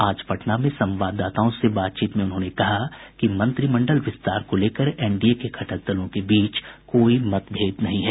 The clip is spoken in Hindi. आज पटना में संवाददाताओं से बातचीत में उन्होंने कहा कि मंत्रिमंडल विस्तार को लेकर एनडीए के घटक दलों के बीच कोई मतभेद नहीं है